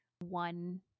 one